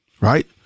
Right